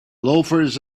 loafers